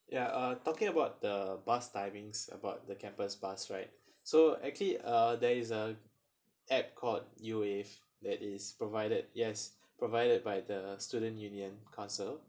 ya uh talking about the bus timings about the campus bus right so actually uh there is a app called new wave that is provided yes provided by the student union council